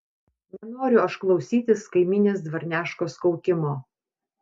nenoriu aš klausytis kaimynės dvarneškos kaukimo